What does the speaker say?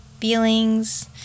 feelings